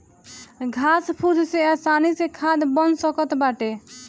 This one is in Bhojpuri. घास फूस से आसानी से खाद बन सकत बाटे